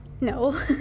no